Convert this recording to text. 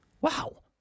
Wow